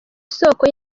isoko